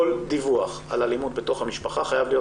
כל דיווח על אלימות בתוך המשפחה חייב להיות